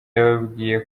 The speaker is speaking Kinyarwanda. yababwiye